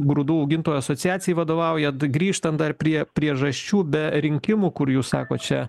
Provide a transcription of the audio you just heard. grūdų augintojų asociacijai vadovaujat grįžtant dar prie priežasčių be rinkimų kur jūs sakot čia